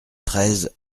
treize